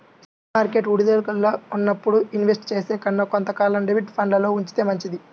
share market ఒడిదుడుకుల్లో ఉన్నప్పుడు invest చేసే కన్నా కొంత కాలం డెబ్ట్ ఫండ్లల్లో ఉంచితే మంచిది